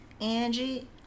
Angie